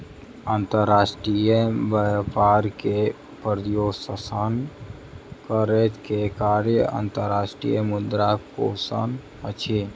अंतर्राष्ट्रीय व्यापार के प्रोत्साहन करै के कार्य अंतर्राष्ट्रीय मुद्रा कोशक अछि